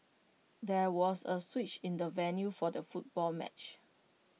there was A switch in the venue for the football match